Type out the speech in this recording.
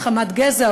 מחמת גזע,